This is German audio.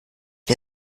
wir